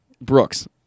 Brooks